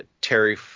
Terry